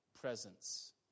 presence